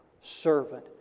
servant